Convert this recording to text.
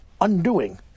undoing